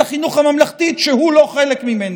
משורש.